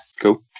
Cool